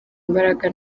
imbaraga